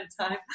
time